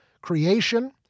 Creation